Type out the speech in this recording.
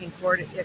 court